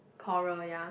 coral ya